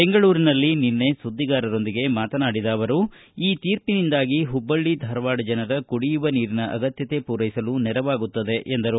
ಬೆಂಗಳೂರಿನಲ್ಲಿ ನಿನ್ನೆ ಸುದ್ಧಿಗಾರರೊಂದಿಗೆ ಮಾತನಾಡಿದ ಅವರು ಈ ತೀರ್ಪಿನಿಂದಾಗಿ ಹುಬ್ಲಳ್ಳಿ ಧಾರವಾಡ ಪ್ರದೇಶದ ಜನರ ಕುಡಿಯುವ ನೀರಿನ ಅಗತ್ಯತೆ ಪೂರೈಸಲು ನೆರವಾಗುತ್ತದೆ ಎಂದರು